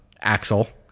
Axel